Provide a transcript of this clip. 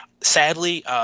Sadly